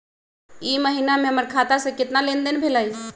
ई महीना में हमर खाता से केतना लेनदेन भेलइ?